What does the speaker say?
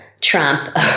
Trump